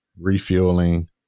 refueling